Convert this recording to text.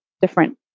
different